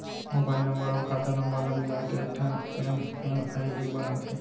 mobile number अउ खाता नंबर ल मिलाके एकठन एम.एम.आई.डी बनाथे